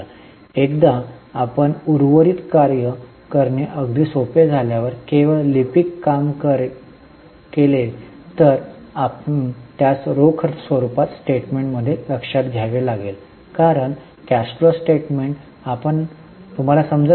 एकदा आपण उर्वरित कार्य करणे अगदी सोपे झाल्यावर केवळ लिपिक काम केले तर आपण त्यास रोख स्वरुपात स्टेटमेंटमध्ये लक्षात घ्यावे लागेल कारण कॅश फ्लो स्टेटमेंट आपण मला मिळवत आहात